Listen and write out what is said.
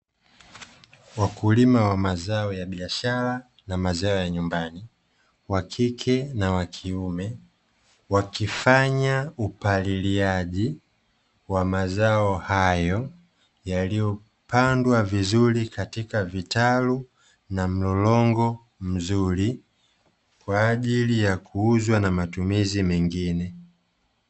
Wakulima wa mazao ya biashara na mazao ya nyumbani wakike na wakiume, wakifanya upaliliaji wa mazao hayo yaliyopandwa vizuri katika vitalu na mlolongo mzuri kwa ajili ya kuuzwa na matumizi mengine.